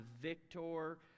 victor